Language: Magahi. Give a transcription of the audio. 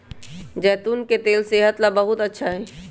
जैतून के तेल सेहत ला बहुत अच्छा हई